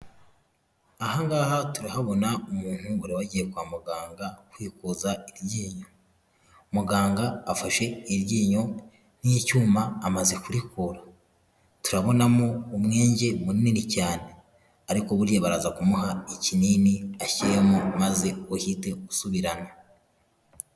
Aha ngaha turahabona umuntu wari wagiye kwa muganga kwikuza iryinyo, muganga afashe iryinyo n'icyuma amaze kurikura, turabonamo umwenge munini cyane, ariko buriya baraza kumuha ikinini ashyiramo maze uhite usubirana.